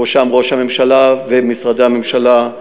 בראשם ראש הממשלה ומשרדי הממשלה,